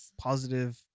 positive